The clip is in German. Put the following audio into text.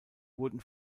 wurden